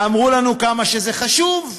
ואמרו לנו כמה שזה חשוב.